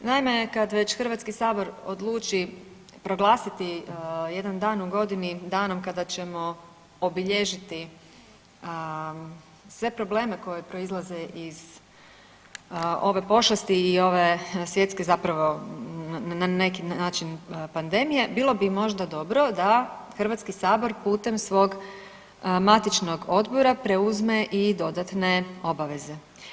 Naime, kad već Hrvatski sabor odluči proglasiti jedan dan u godini danom kada ćemo obilježiti sve probleme koji proizlaze iz ove pošasti i ove svjetske zapravo na neki način pandemije bilo bi možda dobro da Hrvatski sabor putem svog matičnog odbora preuzme i dodatne obaveze.